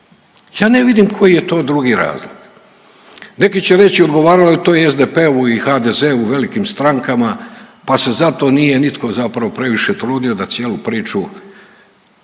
Ja ne vidim koji je to drugi razlog. Neki će reći odgovaralo je to i SDP-u i HDZ-u u velikim strankama pa se zato nije nitko zapravo previše trudio da cijelu priču restarta